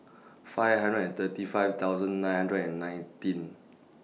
five hundred and thirty five thousand nine hundred and nineteen